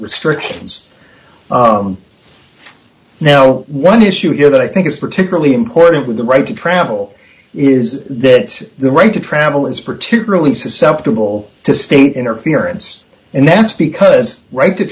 restrictions now one issue here that i think is particularly important with the right to travel is that the right to travel is particularly susceptible to state interference and that's because right to